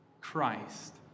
Christ